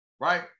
right